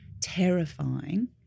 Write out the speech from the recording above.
terrifying